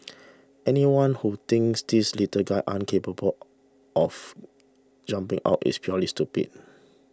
anyone who thinks these little guys aren't capable of jumping out is purely stupid